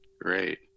Great